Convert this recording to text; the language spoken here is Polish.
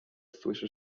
słyszy